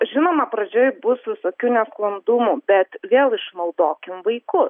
žinoma pradžioj bus visokių nesklandumų bet vėl išnaudokim vaikus